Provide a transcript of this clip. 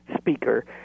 speaker